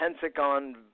Pentagon